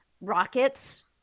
Rockets